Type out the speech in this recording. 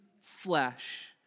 flesh